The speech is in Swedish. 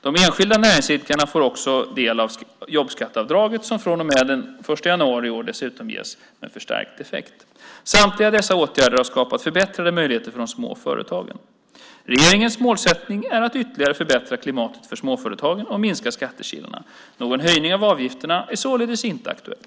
De enskilda näringsidkarna får också del av jobbskatteavdraget som från och med den 1 januari i år dessutom ges med förstärkt effekt. Samtliga dessa åtgärder har skapat förbättrade möjligheter för de små företagen. Regeringens målsättning är att ytterligare förbättra klimatet för småföretagen och att minska skattekilarna. Någon höjning av avgifterna är således inte aktuell.